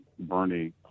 Bernie